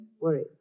worried